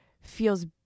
feels